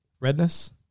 Redness